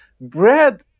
bread